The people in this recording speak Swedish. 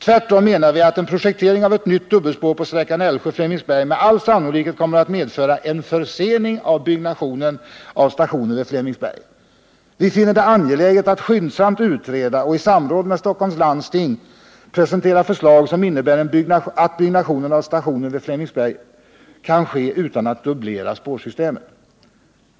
Tvärtom menar vi att en projektering av ett nytt dubbelspår på sträckan Älvsjö-Flemingsberg med all sannolikhet kommer att medföra en försening av byggnationen av stationen vid Flemingsberg. Vi finner det angeläget att skyndsamt utreda och i samråd med Stockholms läns landsting presentera förslag som innebär att byggnation av stationen vid Flemingsberg kan ske utan att spårsystemet dubbleras.